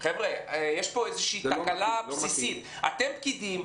יש פה תקלה בסיסית: אתם פקידים,